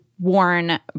worn